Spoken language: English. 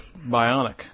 bionic